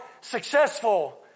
successful